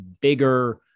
bigger –